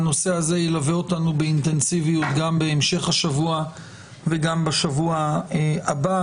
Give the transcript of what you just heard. הנושא הזה ילווה אותנו באינטנסיביות גם בהמשך השבוע וגם בשבוע הבא.